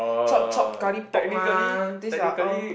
chop chop karipap mah this is like all